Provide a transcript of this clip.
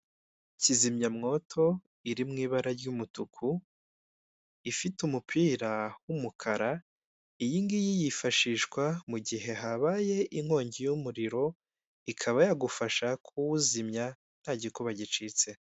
Kizimyamwoto iri mu ibara ry'umutuku ifite umupira w'umukara iyi ngiyi yifashishwa mu gihe habaye inkongi y'umuriro ikaba yagufasha kuwuzimya nta gikuba gicitse.